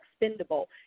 expendable